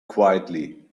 quietly